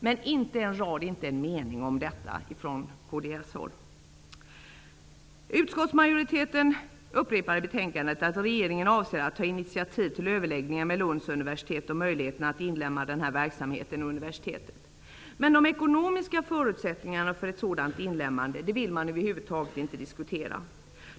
Men inte en mening sägs om detta från kds-håll. Utskottsmajoriteten upprepar i betänkandet att regeringen avser att ta initiativ till överläggningar med Lunds universitet om möjligheterna att inlemma denna verksamhet i universitetet. Men de ekonomiska förutsättningarna för ett sådant inlemmande vill man över huvud taget inte diskutera.